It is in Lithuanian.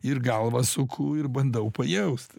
ir galvą suku ir bandau pajaust